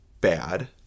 bad